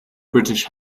british